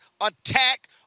attack